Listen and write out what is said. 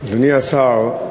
אדוני השר,